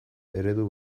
eredu